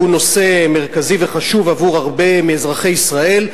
שהוא נושא מרכזי וחשוב עבור הרבה מאזרחי ישראל,